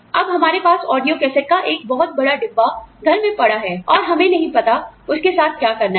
अब हमारे पास ऑडियो कैसेट का एक बहुत बड़ा डिब्बा घर में पड़ा है और हमें नहीं पता उसके साथ क्या करना है